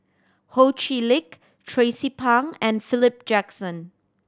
Ho Chee Lick Tracie Pang and Philip Jackson